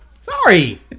Sorry